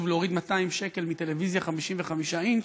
להוריד 200 שקל מטלוויזיה 55 אינץ',